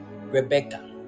Rebecca